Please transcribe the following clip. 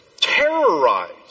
terrorized